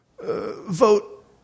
Vote